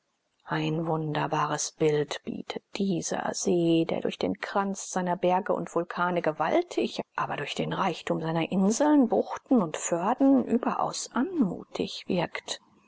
ein wunderbares bild bietet dieser see der durch den kranz seiner berge und vulkane gewaltig aber durch den reichtum seiner inseln buchten und föhrden überaus anmutig wirkt